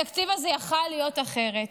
התקציב הזה יכול היה להיות אחרת,